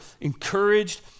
encouraged